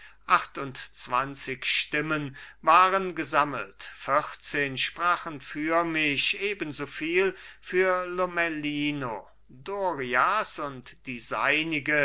achtundzwanzig stimmen waren gesammelt vierzehn sprachen für mich ebensoviel für lomellino dorias und die